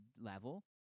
level